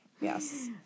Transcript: Yes